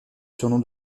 surnom